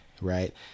right